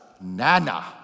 Nana